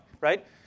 right